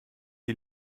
die